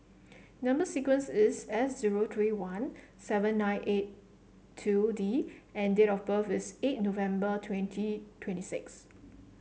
number sequence is S zero three one seven nine eight two D and date of birth is eight November twenty twenty six